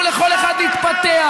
תנו לכל אחד להתפתח,